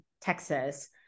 Texas